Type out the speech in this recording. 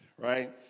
Right